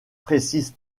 précise